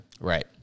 Right